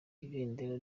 ibendera